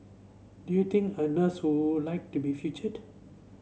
do you think a nurse who like to be featured